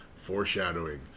foreshadowing